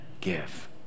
give